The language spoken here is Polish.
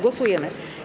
Głosujemy.